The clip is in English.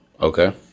Okay